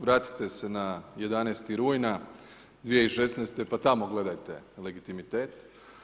Vratite se na 11. rujna 2016. pa tamo gledajte legitimitet.